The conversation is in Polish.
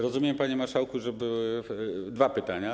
Rozumiem, panie marszałku, że były dwa pytania.